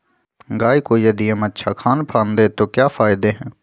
गाय को यदि हम अच्छा खानपान दें तो क्या फायदे हैं?